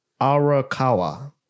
Arakawa